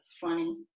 funny